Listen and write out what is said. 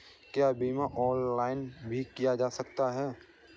क्या बीमा ऑनलाइन भी किया जा सकता है?